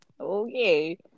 Okay